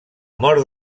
mort